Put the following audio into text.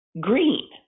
Green